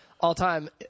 all-time